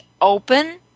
open